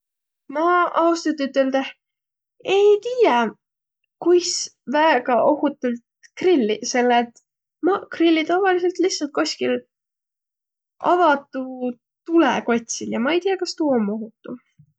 Ma ausalt üteldeh ei tiiäq, kuis väega ohutult grilliq, selle et maq grilli tavalidsõlt lihtsält koskil avatu tulõ kotsil ja ma ei tiiäq, kas tuu om ohutu.